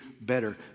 better